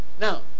Now